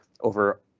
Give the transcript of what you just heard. over